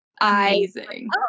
Amazing